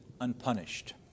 unpunished